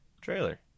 trailer